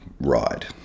ride